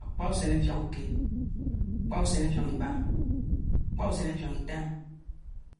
arpa usen offiong keed, offiong iba, offiong ita,